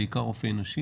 בעיקר רופאי נשים.